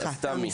אז תמי.